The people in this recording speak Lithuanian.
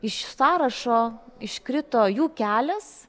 iš sąrašo iškrito jų kelias